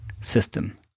system